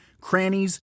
crannies